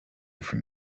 from